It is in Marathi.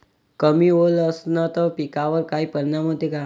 कमी ओल असनं त पिकावर काय परिनाम होते?